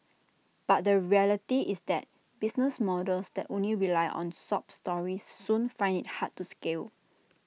but the reality is that business models that only rely on sob stories soon find IT hard to scale